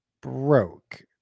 broke